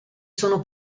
sono